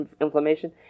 inflammation